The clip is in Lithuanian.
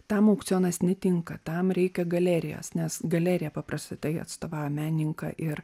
tam aukcionas netinka tam reikia galerijos nes galerija paprastai atstovauja menininką ir